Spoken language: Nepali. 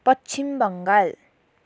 पश्चिम बङ्गाल